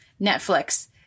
Netflix